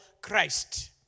Christ